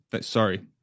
sorry